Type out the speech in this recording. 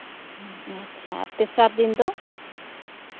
ᱟᱪᱪᱷᱟ ᱛᱮᱥᱟᱨ ᱫᱤᱱ ᱫᱚ